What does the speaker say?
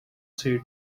said